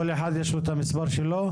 כל אחד יש לו את המספר שלו?